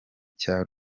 cya